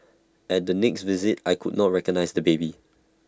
at the next visit I could not recognise the baby